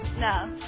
No